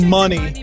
money